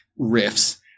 riffs